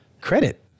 credit